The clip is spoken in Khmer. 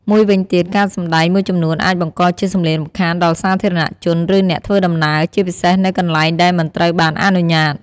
មួយវិញទៀត ការសម្ដែងមួយចំនួនអាចបង្កជាសំឡេងរំខានដល់សាធារណជន ឬអ្នកធ្វើដំណើរ ជាពិសេសនៅកន្លែងដែលមិនត្រូវបានអនុញ្ញាត។